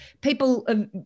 people